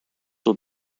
will